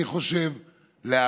אני חושב,